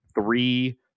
three